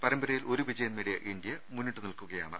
പരമ്പരയിൽ ഒരു വിജയം നേടിയ ഇന്ത്യ മുന്നിട്ട് നിൽക്കുകയാണ്